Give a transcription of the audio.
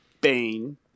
Bane